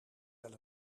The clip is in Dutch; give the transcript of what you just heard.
wel